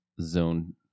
zone